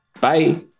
Bye